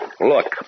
Look